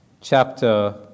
chapter